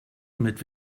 mit